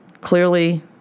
Clearly